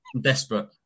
desperate